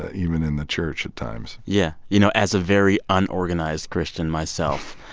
ah even in the church at times yeah. you know, as a very unorganized christian myself,